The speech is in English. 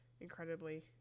incredibly